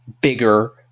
bigger